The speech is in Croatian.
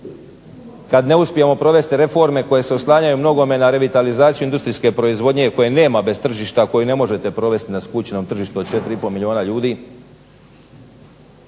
kada ne uspijemo provesti reforme koje se oslanjaju u mnogome na revitalizaciju industrijske proizvodnje koje nema bez tržište a koje ne možete provesti na skučenom tržištu od 4,5 milijuna ljudi?